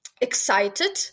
excited